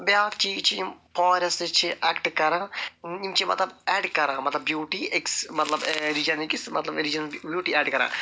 بیٛاکھ چیٖز چھُ یِم فارٮ۪سٹ چھِ اٮ۪کٹ کَران یِم چھِ مَطلَب اٮ۪ڈ کَران مَطلَب بیوٗٹی أکِس مطلب رِجَنٕکِس مَطلَب رِجَن بیوٗٹی اٮ۪ڈ کَران